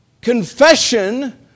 confession